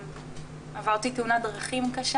עברתי תאונת דרכים קשה